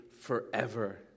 forever